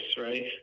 right